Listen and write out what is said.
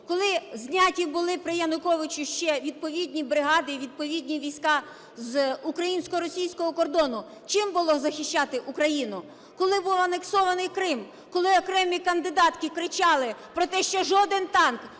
коли зняті були при Януковичу ще відповідні бригади і відповідні війська з українсько-російського кордону, чим було захищати Україну? Коли був анексований Крим, коли окремі кандидатки кричали про те, що жоден танк,